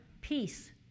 peace